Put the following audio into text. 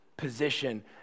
position